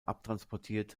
abtransportiert